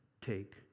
take